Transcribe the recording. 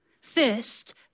First